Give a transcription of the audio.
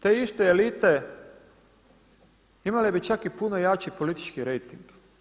Te iste elite, imale bi čak i puno jači politički rejting.